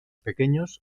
pequeños